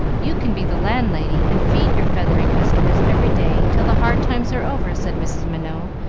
you can be the landlady, and feed your feathery customers every day, till the hard times are over, said mrs. minot,